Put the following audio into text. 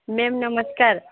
ma'am ନମସ୍କାର